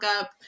up